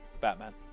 Batman